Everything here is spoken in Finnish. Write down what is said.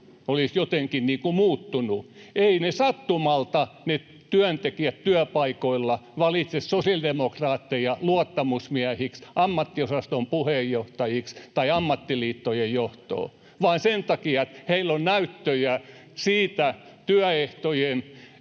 olisi jotenkin niin kuin muuttunut. Eivät sattumalta työntekijät työpaikoilla valitse sosiaalidemokraatteja luottamusmiehiksi, ammattiosaston puheenjohtajiksi tai ammattiliittojen johtoon, vaan sen takia, että heillä on näyttöjä siitä työehtojen